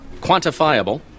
Quantifiable